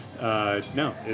no